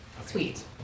sweet